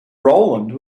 roland